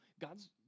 God's